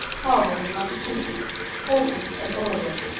harvard and massachusetts, portland and oregon,